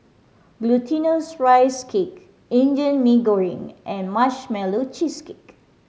Glutinous Rice Cake Indian Mee Goreng and Marshmallow Cheesecake